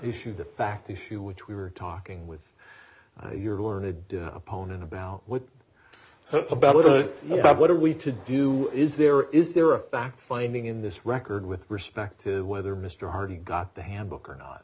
issue the fact issue which we were talking with your learned opponent about what what are we to do is there is there a fact finding in this record with respect to whether mr hardy got the handbook or not